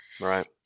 Right